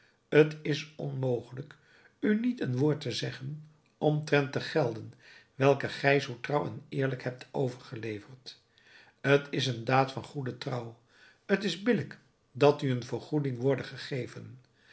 t is onmogelijk u niet een woord te zeggen omtrent de gelden welke gij zoo trouw en eerlijk hebt overgeleverd t is een daad van goede trouw t is billijk dat u een vergoeding worde gegeven